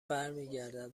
برمیگردد